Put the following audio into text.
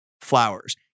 flowers